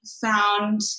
found